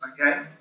Okay